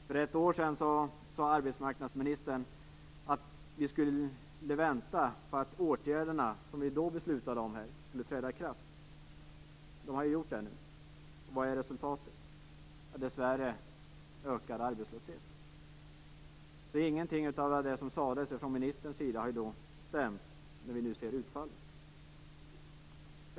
För ett år sedan sade arbetsmarknadsministern att vi skulle vänta på att åtgärderna som vi då beslutade om skulle träda i kraft. Nu har de gjort det, och vad är resultatet? Ökad arbetslöshet, dessvärre. Ingenting av det som då sades från ministerns sida har stämt, kan vi konstatera när vi nu ser utfallet.